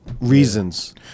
Reasons